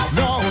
no